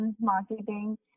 marketing